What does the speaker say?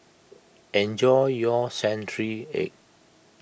enjoy your Century Egg